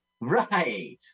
Right